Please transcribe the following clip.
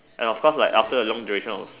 and of course like after a long duration